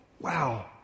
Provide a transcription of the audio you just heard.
Wow